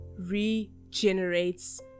regenerates